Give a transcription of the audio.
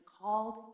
called